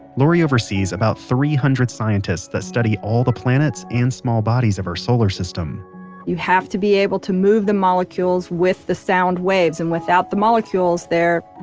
lori oversees about three hundred scientists that study all the planets and small bodies of our solar system you have to be able to move the molecules with the sound waves, and without the molecules there,